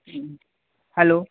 hello